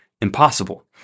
impossible